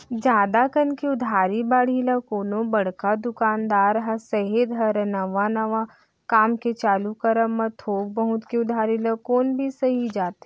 जादा कन के उधारी बाड़ही ल कोनो बड़का दुकानदार ह सेहे धरय नवा नवा काम के चालू करब म थोक बहुत के उधारी ल कोनो भी सहि जाथे